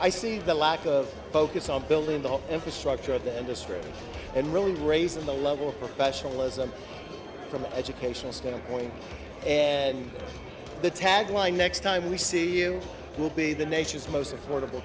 i see the lack of focus on building the infrastructure of the industry and really raising the level of professionalism from the educational standpoint and the tagline next time we see you will be the nation's most affordable